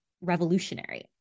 revolutionary